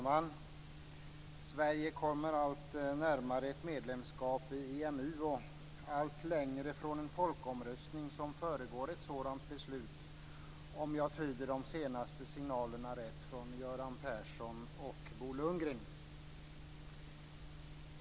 Fru talman! Sverige kommer allt närmare ett medlemskap i EMU och allt längre från en folkomröstning som föregår ett sådant beslut, om jag tyder de senaste signalerna rätt från Göran Persson och Bo Lundgren.